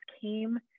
came